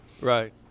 right